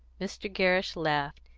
mr. gerrish laughed,